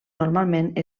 normalment